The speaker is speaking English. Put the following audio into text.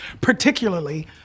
particularly